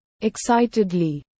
Excitedly